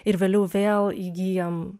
ir vėliau vėl įgyjam